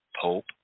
Pope